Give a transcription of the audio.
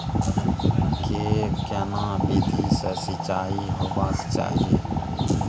के केना विधी सॅ सिंचाई होबाक चाही?